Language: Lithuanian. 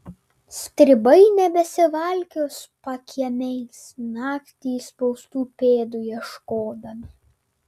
stribai nebesivalkios pakiemiais naktį įspaustų pėdų ieškodami